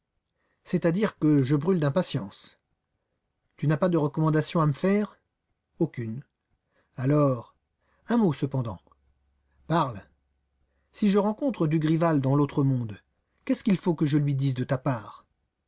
c'est-à-dire que je brûle d'impatience tu n'as pas de recommandation à me faire aucune alors un mot cependant parle si je rencontre dugrival dans l'autre monde qu'est-ce qu'il faut que je lui dise de ta part